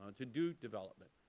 to do development.